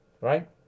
right